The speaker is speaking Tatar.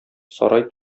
сарай